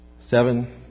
Seven